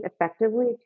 effectively